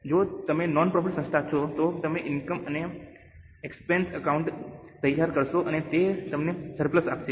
જો તમે non profit સંસ્થા છો તો તમે ઇનકમ અને એક્સપેન્સ એકાઉન્ટ તૈયાર કરશો અને તે તમને સરપ્લસ આપશે